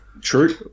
true